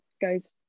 goes